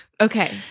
okay